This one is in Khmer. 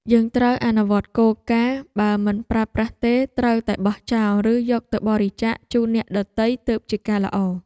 យើងត្រូវអនុវត្តគោលការណ៍បើមិនប្រើប្រាស់ទេត្រូវតែបោះចោលឬយកទៅបរិច្ចាគជូនអ្នកដទៃទើបជាការល្អ។